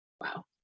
Wow